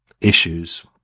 issues